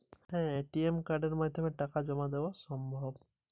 ATM কার্ডের মাধ্যমে টাকা জমা দেওয়া সম্ভব?